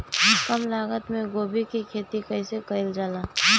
कम लागत मे गोभी की खेती कइसे कइल जाला?